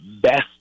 best